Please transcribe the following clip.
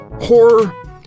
horror